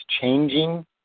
changing